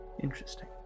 Interesting